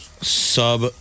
sub